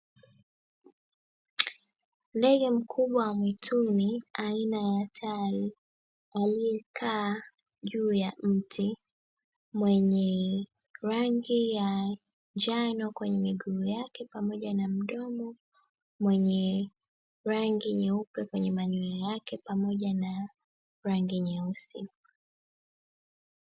Ndege mkubwa wa mwituni aina ya tai, aliyekaa juu ya mti mwenye rangi ya njano kwenye miguu yake pamoja na mdomo, mwenye rangi nyeupe kwenye manyoya yake pamoja na rangi nyeusi.